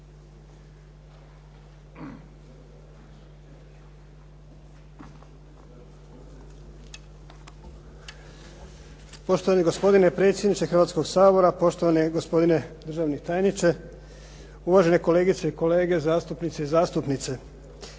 Poštovani gospodine predsjedniče Hrvatskoga sabora, poštovani gospodine državni tajniče, uvažene kolegice i kolege zastupnici i zastupnice.